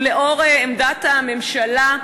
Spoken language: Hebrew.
ולאור עמדת הממשלה,